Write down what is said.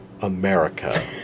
America